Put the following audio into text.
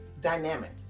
Dynamic